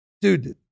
Dude